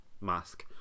mask